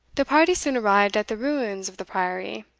the party soon arrived at the ruins of the priory,